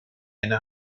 eine